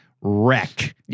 wreck